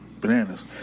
bananas